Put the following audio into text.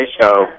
show